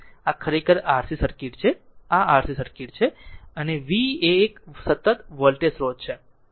આ ખરેખર RC circuit છે આ RC સર્કિટ છે અને વી એ એક સતત વોલ્ટેજ સ્રોત છે